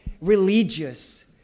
religious